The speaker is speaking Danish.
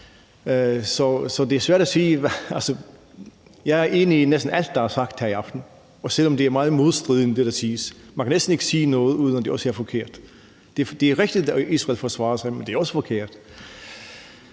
Jeg er enig i næsten alt, der er blevet sagt her i aften, selv om det, der siges, er meget modstridende. Man kan næsten ikke sige noget, uden at det også er forkert. Det er rigtigt, at Israel forsvarer sig, men det er også forkert.